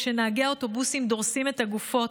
כשנהגי האוטובוסים דורסים את הגופות.